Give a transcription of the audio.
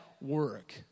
work